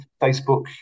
facebook